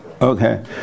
Okay